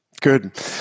good